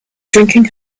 drinking